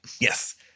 Yes